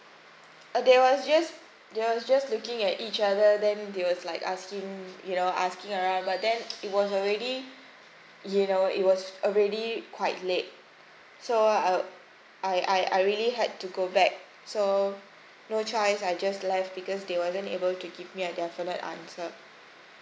err they were just they were just looking at each other then they were like asking you know asking around but then it was already you know it was already quite late so I I I I really had to go back so no choice I just left because they wasn't able to give me a definite answer